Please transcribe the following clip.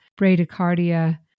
bradycardia